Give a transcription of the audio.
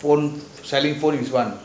phone selling phone is one